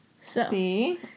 See